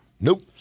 Nope